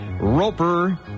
Roper